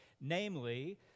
namely